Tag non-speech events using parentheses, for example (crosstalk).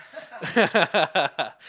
(laughs)